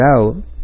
out